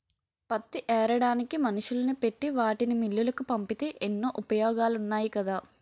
పత్తి ఏరడానికి మనుషుల్ని పెట్టి వాటిని మిల్లులకు పంపితే ఎన్నో ఉపయోగాలున్నాయి కదా